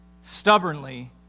stubbornly